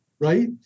right